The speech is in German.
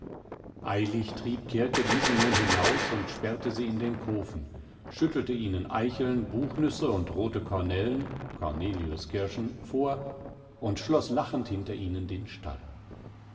eilig trieb kirke diese nun hinaus und sperrte sie in den kofen schüttete ihnen eicheln buchnüsse und rote kornellen corneliuskirschen vor und schloß lachend hinter ihnen den stall